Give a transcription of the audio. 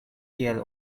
tiel